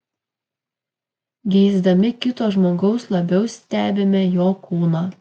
geisdami kito žmogaus labiau stebime jo kūną